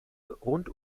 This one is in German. rund